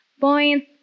point